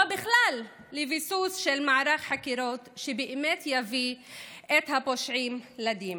או בכלל לביסוס של מערך חקירות שבאמת יביא את הפושעים לדין,